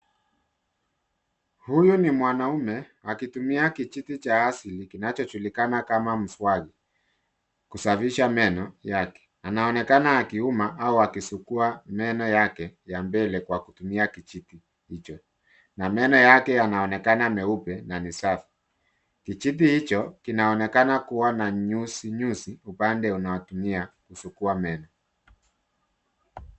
Huyu ni mwanaume akitumia kijiti cha asili kinachojulikana kama mswaki, kusafisha meno yake. Anaonekana akiuma au akisugua meno yake ya mbele kwa kutumia kijiti hicho, na meno yake yanaonekana meupe na ni safi. Kijiti hicho kinaonekana kua na nyusi nyusi upande unaotumia kusugua meno.